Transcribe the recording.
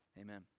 Amen